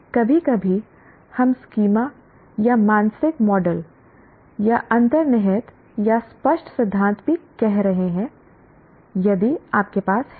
कभी कभी हम स्कीमा या मानसिक मॉडल या अंतर्निहित या स्पष्ट सिद्धांत भी कह रहे हैं यदि आपके पास है